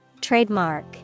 Trademark